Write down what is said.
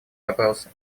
вопросы